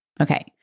Okay